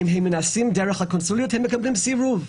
אם הם מנסים דרך הקונסוליות הם מקבלים סירוב.